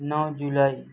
نو جولائی